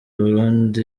burundi